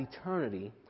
eternity